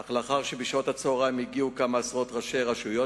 אך לאחר שבשעות הצהריים הגיעו כמה עשרות ראשי רשויות